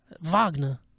Wagner